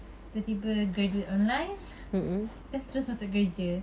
tiba-tiba graduate online then terus masuk kerja